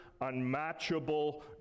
unmatchable